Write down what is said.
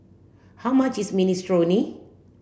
how much is minestrone